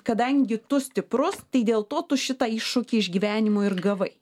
kadangi tu stiprus tai dėl to tu šitą iššūkį iš gyvenimo ir gavai